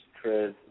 Chris